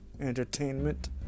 entertainment